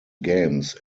games